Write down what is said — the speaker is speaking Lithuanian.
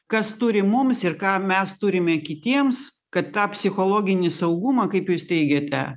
kas turi mums ir ką mes turime kitiems kad tą psichologinį saugumą kaip jūs teigiate